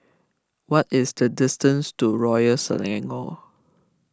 what is the distance to Royal Selangor